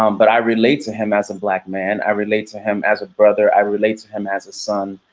um but i relate to him as a and black man, i relate to him as a brother, i relate to him as a son.